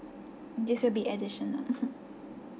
this will be additional mmhmm